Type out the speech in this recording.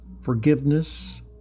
forgiveness